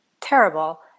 terrible